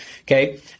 okay